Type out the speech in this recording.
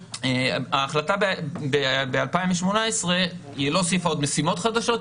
ההחלטה ב-2018 לא הוסיפה עוד משימות חדשות,